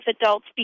adults